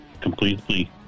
Completely